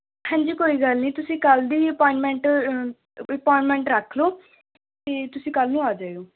ਹਾਂਜੀ ਕੋਈ ਗੱਲ ਨਹੀਂ ਤੁਸੀਂ ਕੱਲ੍ਹ ਦੀ ਅਪੋਆਇੰਟਮੈਂਟ ਅਪੋਆਇੰਟਮੈਂਟ ਰੱਖ ਲਓ ਅਤੇ ਤੁਸੀਂ ਕੱਲ੍ਹ ਨੂੰ ਆ ਜਾਇਓ